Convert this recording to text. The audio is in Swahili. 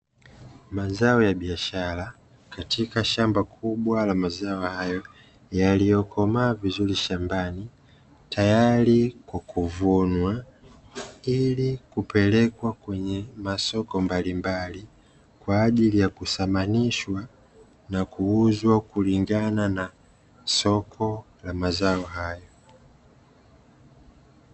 Mazao ya biashara katika shamba kubwa la mazao hayo, yaliyokomaa vizuri shambani, tayari kwa kuvunwa ili kupelekwa kwenye masoko mbalimbali, kwa ajili ya kuthaminishwa na kuuzwa kulingana na soko la mazao hayo.